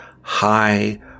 high